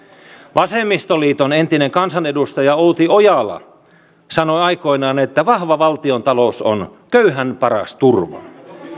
vasemmistoliiton entinen kansanedustaja outi ojala sanoi aikoinaan että vahva valtiontalous on köyhän paras turva